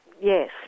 Yes